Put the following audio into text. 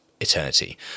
eternity